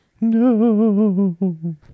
no